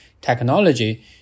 technology